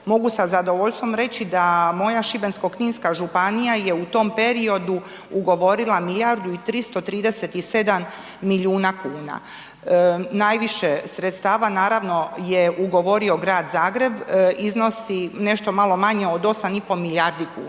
mogu sa zadovoljstvom reći da moja Šibensko-kninska županija je u tom periodu ugovorila milijardu i 337 milijuna kuna. Najviše sredstava, naravno, je ugovorio Grad Zagreb, iznosi nešto malo manje od 8,5 milijardi kuna.